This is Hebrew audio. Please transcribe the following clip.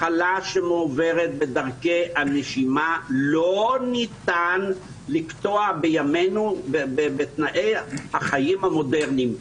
מחלה שמועברת בדרכי הנשימה לא ניתן לקטוע בימינו בתנאי החיים המודרניים.